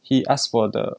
he asked for the